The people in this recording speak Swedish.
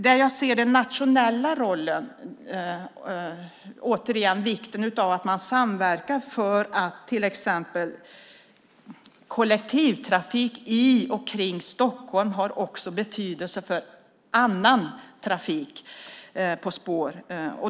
Vad gäller den nationella rollen ser jag vikten av att man samverkar. Kollektivtrafik i och kring Stockholm har också betydelse för annan trafik på spår.